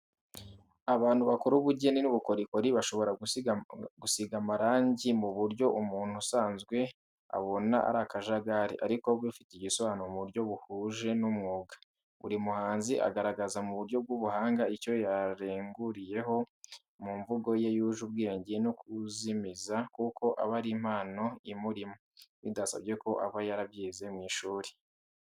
Abantu bakora ubugeni n'ubukorikori bashobora gusiga amarangi mu buryo umuntu usanzwe abona ari akajagari, ariko bufite ibisobanuro mu buryo buhuje n'umwuga. Buri muhanzi agaragaza mu buryo bw'ubuhanga icyo yarenguriyeho, mu mvugo ye yuje ubwenge no kuzimiza kuko aba ari impano imurimo, bidasabye ko aba yarabyize mu ishuri.